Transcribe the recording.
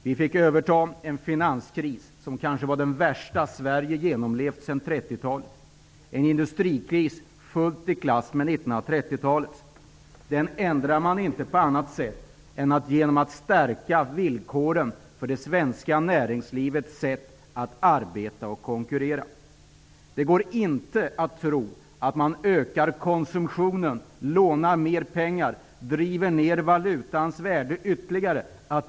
Vi fick överta en finanskris som kanske var den värsta Sverige genomlevt sedan 30-talet och en industrikris som var fullt i klass med 30-talets. Den krisen ändrar man inte på annat sätt än genom att stärka villkoren för det svenska näringslivets sätt att arbeta och konkurrera. Det går inte att tro att det vore en lösning att öka konsumtionen, låna mer pengar och driva ned valutans värde ytterligare.